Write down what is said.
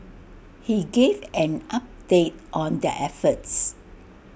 he gave an update on their efforts